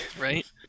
right